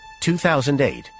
2008